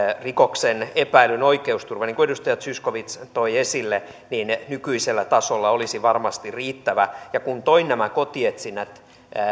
rikoksesta epäillyn oikeusturva niin kuin edustaja zyskowicz toi esille nykyisellä tasolla olisi varmasti riittävä ja kun toin nämä kotietsinnät